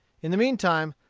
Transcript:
in the mean time,